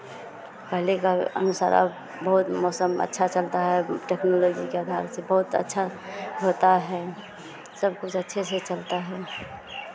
पहले का अनुसार अब बहुत मौसम अच्छा चलता है टेक्नोलोजी के अधार से बहुत अच्छा होता है सब कुछ अच्छे से चलता है